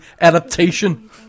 adaptation